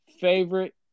favorite